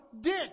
dick